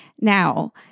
Now